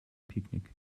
picknick